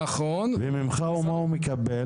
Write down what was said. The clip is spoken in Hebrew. וממך מה הוא מקבל?